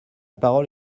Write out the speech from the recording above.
parole